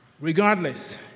Regardless